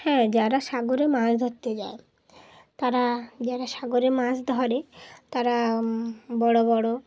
হ্যাঁ যারা সাগরে মাছ ধরতে যায় তারা যারা সাগরে মাছ ধরে তারা বড়ো বড়ো